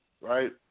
Right